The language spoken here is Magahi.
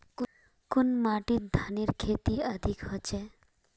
कुन माटित धानेर खेती अधिक होचे?